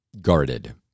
guarded